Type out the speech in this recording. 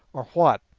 or what,